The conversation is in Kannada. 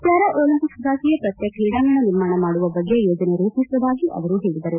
ಪ್ಕಾರಾ ಒಲಂಪಿಕ್ಸೆಗಾಗಿಯೇ ಪ್ರತ್ಯೇಕ ಕ್ರೀಡಾಂಗಣ ನಿರ್ಮಾಣ ಮಾಡುವ ಬಗ್ಗೆ ಯೋಜನೆ ರೂಪಿಸುವುದಾಗಿ ಅವರು ಪೇಳಿದರು